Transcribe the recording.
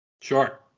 Sure